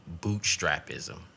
bootstrapism